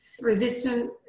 resistant